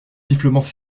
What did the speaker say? sifflements